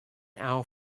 our